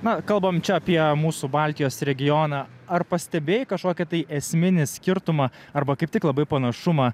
na kalbam apie mūsų baltijos regioną ar pastebėjai kažkokį tai esminį skirtumą arba kaip tik labai panašumą